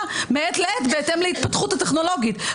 מעת לעת בהתאם להתפתחות הטכנולוגית -- טלי.